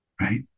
right